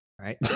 right